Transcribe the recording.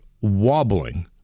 wobbling